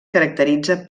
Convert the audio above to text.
caracteritza